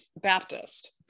Baptist